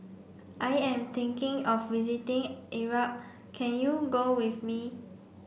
I am thinking of visiting Iraq can you go with me